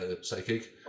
psychic